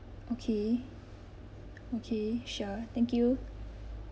okay okay sure thank you